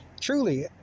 Truly